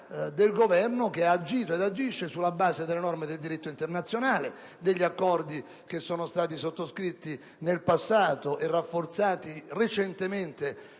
ha agito ed agisce sulla base delle norme del diritto internazionale e sulla base degli accordi che sono stati sottoscritti nel passato e rafforzati recentemente